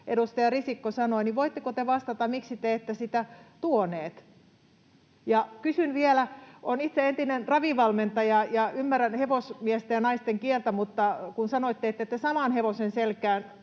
edustaja Risikko sanoi, joten voitteko te vastata, miksi te ette sitä tuoneet? Kysyn vielä: Olen itse entinen ravivalmentaja ja ymmärrän hevosmiesten ja ‑naisten kieltä, mutta kun sanoitte, ettette saman hevosen selkään